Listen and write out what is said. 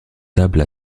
table